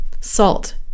salt